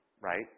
right